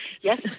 yes